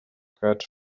cut